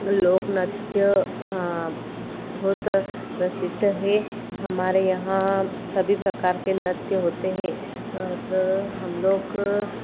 लोक नृत्य बहुत प्रसिद्ध है हमारे यहाँ सभी प्रकार के नृत्य होते हैं और हम लोग